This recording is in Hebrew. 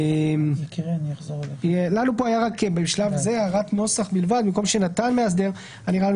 יש לנו פה הערת נוסח בלבד: במקום "שנתן מאסדר" נראה לנו